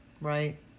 Right